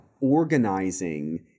organizing